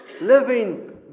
living